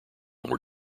were